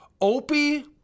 opie